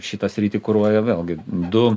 šitą sritį kuruoja vėlgi du